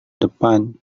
depan